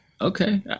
Okay